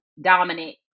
dominant